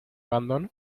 abandono